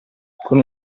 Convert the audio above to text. con